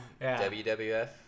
WWF